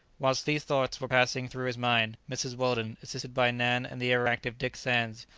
whilst these thoughts were passing through his mind, mrs. weldon, assisted by nan and the ever active dick sands,